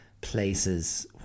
places